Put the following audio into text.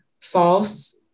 false